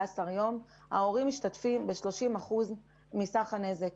ימים ההורים משתתפים ב-30% מסך הנזק.